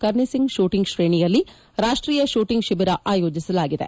ಕರ್ನ Singh shooting ಶ್ರೇಣಿಯಲ್ಲಿ ರಾಷ್ಷೀಯ shooting ಶಿಬಿರವನ್ನು ಆಯೋಜಿಸಲಾಗಿದೆ